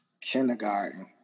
kindergarten